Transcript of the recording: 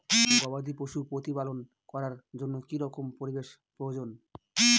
গবাদী পশু প্রতিপালন করার জন্য কি রকম পরিবেশের প্রয়োজন?